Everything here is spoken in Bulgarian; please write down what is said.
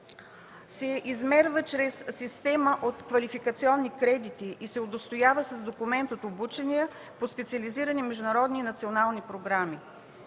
се измерва чрез система от квалификационни кредити и се удостоява с документ от обучения по специализирани международни и национални програми.